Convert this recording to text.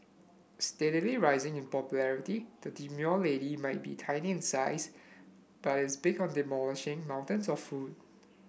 steadily rising in popularity the demure lady might be tiny in size but is big on demolishing mountains of food